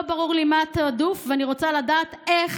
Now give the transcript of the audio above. לא ברור לי מה התיעדוף, ואני רוצה לדעת איך